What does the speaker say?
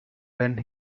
when